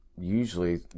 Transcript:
Usually